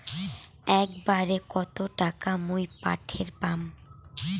একবারে কত টাকা মুই পাঠের পাম?